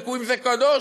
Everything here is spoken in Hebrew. אם זה קדוש,